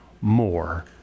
more